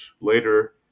later